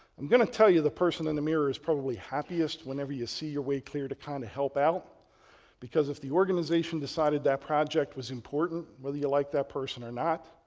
i'm going to tell you the person in the mirror is probably happiest whenever you see your way clear to kind of help out because if the organization decided that project was important, whether you like that person or not,